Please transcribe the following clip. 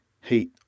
heat